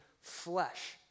flesh